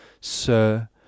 Sir